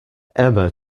emma